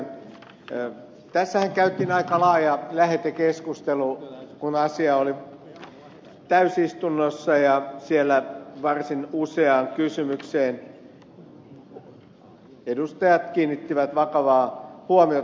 tässähän käytiin aika laaja lähetekeskustelu kun asia oli täysistunnossa ja siellä varsin useaan kysymykseen edustajat kiinnittivät vakavaa huomiota